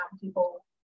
people